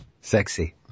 Sexy